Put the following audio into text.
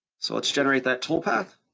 so let's generate that toolpath.